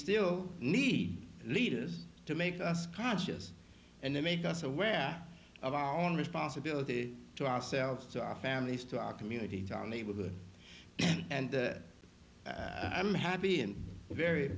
still need leaders to make us conscious and they make us aware of our own responsibility to ourselves to our families to our community to our neighborhood and i'm happy and very